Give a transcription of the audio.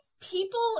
people